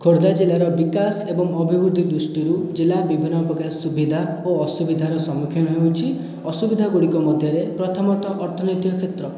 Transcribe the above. ଖୋର୍ଦ୍ଧା ଜିଲ୍ଲାର ବିକାଶ ଏବଂ ଅଭିବୃଦ୍ଧି ଦୃଷ୍ଟିରୁ ଜିଲ୍ଲା ବିଭିନ୍ନ ପ୍ରକାର ସୁବିଧା ଓ ଅସୁବିଧାର ସମ୍ମୁଖୀନ ହେଉଛି ଅସୁବିଧା ଗୁଡ଼ିକ ମଧ୍ୟରେ ପ୍ରଥମତଃ ଅର୍ଥନୈତିକ କ୍ଷେତ୍ର